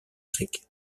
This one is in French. sec